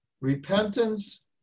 repentance